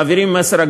ומעבירים מסר,